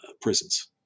prisons